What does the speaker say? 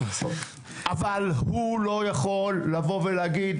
אבל הוא לא יכול להגיד,